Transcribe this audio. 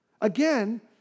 Again